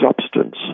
substance